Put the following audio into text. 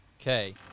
Okay